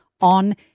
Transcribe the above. on